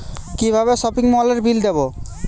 কিভাবে সপিং মলের বিল দেবো?